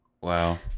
Wow